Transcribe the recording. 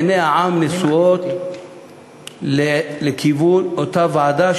עיני העם נשואות לכיוון אותה ועדה,